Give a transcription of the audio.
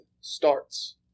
starts